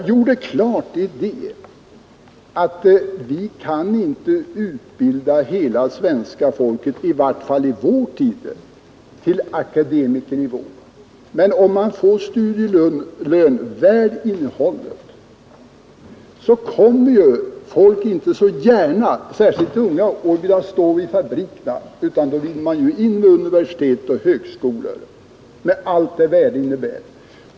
Jag gjorde klart att vi inte kan utbilda hela svenska folket, i vart fall inte i vår tid, till akademikernivå. Men om man får studielön kommer folk, och då särskilt de unga, inte så gärna att vilja stå i fabrikerna, utan då vill man in vid universitet och högskolor, med allt vad det innebär.